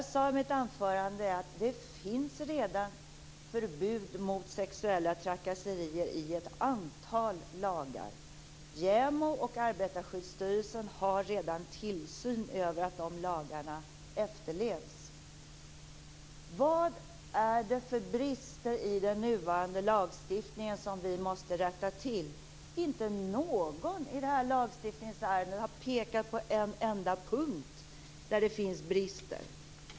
I mitt anförande sade jag att det redan i ett antal lagar finns förbud mot sexuella trakasserier. JämO och Arbetarskyddsstyrelsen har redan tillsynen över att de lagarna efterlevs. Vilka är de brister i den nuvarande lagstiftningen som vi måste komma till rätta med? Inte någon har i samband med det här lagstiftningsärendet pekat på en enda punkt där det finns brister.